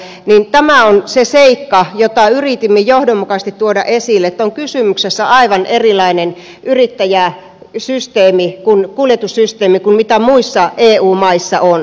tämä on se seikka jota yritimme johdonmukaisesti tuoda esille että on kysymyksessä aivan erilainen yrittäjäsysteemi kuljetussysteemi kuin muissa eu maissa on